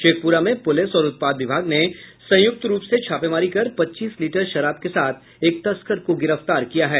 शेखपुरा में पुलिस और उत्पाद विभाग ने संयुक्त रूप से छापेमारी कर पच्चीस लीटर शराब के साथ एक तस्कर को गिरफ्तार किया है